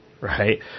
right